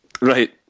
Right